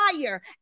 fire